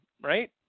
right